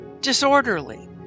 disorderly